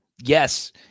Yes